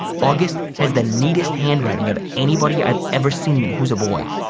august has the neatest handwriting of anybody i've ever seen who's a boy.